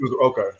Okay